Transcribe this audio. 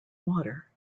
water